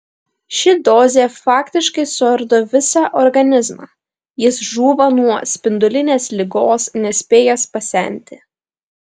ši dozė faktiškai suardo visą organizmą jis žūva nuo spindulinės ligos nespėjęs pasenti